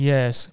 Yes